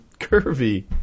curvy